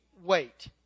wait